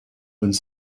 uns